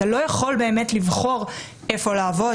אתה לא יכול באמת לבחור איפה לעבוד,